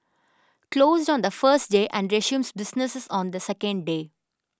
closed on the first day and resumes business on the second day